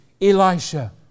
Elisha